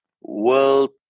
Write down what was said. world